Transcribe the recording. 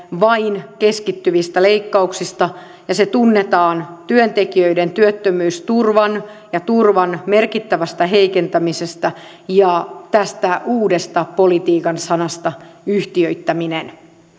vain tiettyihin väestöryhmiin keskittyvistä leikkauksista ja se tunnetaan työntekijöiden työttömyysturvan ja turvan merkittävästä heikentämisestä ja tästä uudesta politiikan sanasta yhtiöittäminen